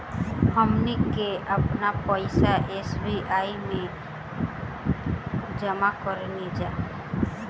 हमनी के आपन पइसा एस.बी.आई में जामा करेनिजा